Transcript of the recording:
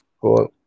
Cool